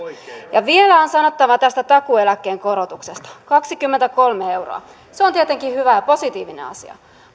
ja vielä on sanottava tästä takuueläkkeen korotuksesta kaksikymmentäkolme euroa se on tietenkin hyvä ja positiivinen asia